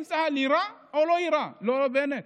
אם צה"ל יירה או לא יירה, לא בנט.